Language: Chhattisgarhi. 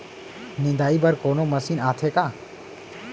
निंदाई बर कोनो मशीन आथे का?